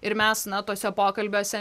ir mes na tuose pokalbiuose